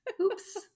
Oops